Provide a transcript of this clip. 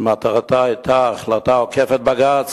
שמטרתה היתה להיות החלטה עוקפת-בג"ץ,